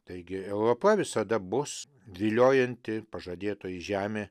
taigi europa visada bus viliojanti pažadėtoji žemė